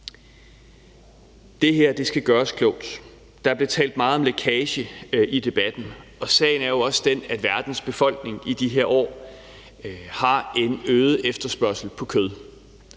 Det her skal gøres klogt. Der blev talt meget om lækage i debatten, og sagen er jo også den, at verdens befolkning i de her år har en øget efterspørgsel på kød.